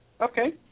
Okay